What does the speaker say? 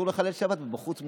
בבית אסור לחלל שבת ובחוץ מותר.